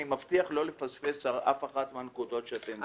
אני מבטיח לא לפספס אף אחת מהנקודות שנאמרו.